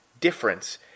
difference